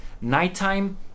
nighttime